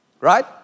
Right